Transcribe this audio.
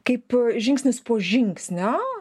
kaip a žingsnis po žingsnio